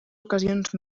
ocasions